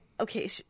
okay